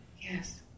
Yes